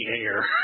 air